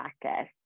practice